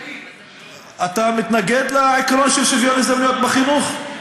אתה מתנגד לעיקרון של שוויון הזדמנויות בחינוך?